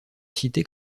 cité